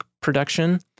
production